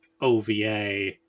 OVA